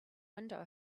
window